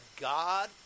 God